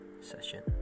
session